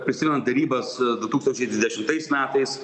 prisimenant derybas du tūkstančiai dvidešimtais metais